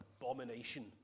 abomination